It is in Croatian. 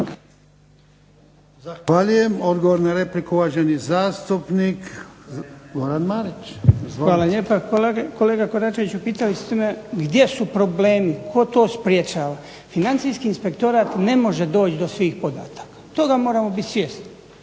Goran Marić. Izvolite. **Marić, Goran (HDZ)** Hvala lijepa. Kolega Koračeviću, pitali ste me gdje su problemi, tko to sprečava. Financijski inspektorat ne može doći do svih podataka, toga moramo biti svjesni.